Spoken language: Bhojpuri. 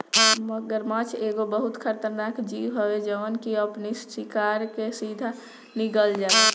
मगरमच्छ एगो बहुते खतरनाक जीव हवे जवन की अपनी शिकार के सीधा निगल जाला